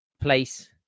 place